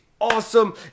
awesome